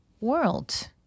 world